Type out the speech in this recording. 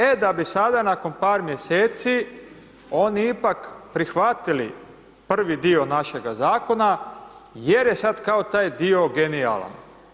E da bi sada nakon par mjeseci, oni ipak prihvatili prvi dio našega Zakona jer je sad, kao taj dio genijalan.